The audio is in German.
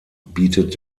bietet